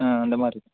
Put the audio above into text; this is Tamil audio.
ம் அந்தமாதிரி